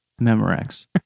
Memorex